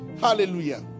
hallelujah